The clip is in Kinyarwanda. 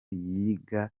yiga